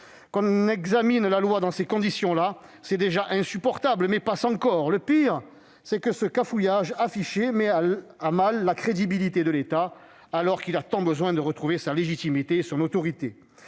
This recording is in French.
Que l'on examine la loi dans de telles conditions est déjà insupportable ; mais passe encore ... Le pire est que ce cafouillage affiché met à mal la crédibilité de l'État, alors que celui-ci a tant besoin de retrouver sa légitimité et son autorité.